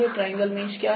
triangle mesh क्या है